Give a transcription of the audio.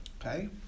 Okay